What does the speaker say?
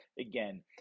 again